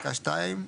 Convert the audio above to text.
בפסקה (2),